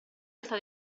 alta